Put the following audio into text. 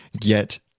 get